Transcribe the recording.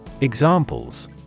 Examples